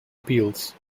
appeals